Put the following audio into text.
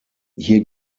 hier